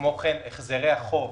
כמו כן, החזרי החוב